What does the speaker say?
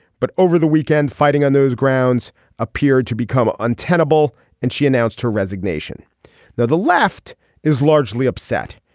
but over the weekend fighting on those grounds appeared to become untenable and she announced her resignation. now the left is largely upset.